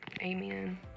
Amen